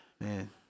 Man